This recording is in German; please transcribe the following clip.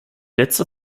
letzter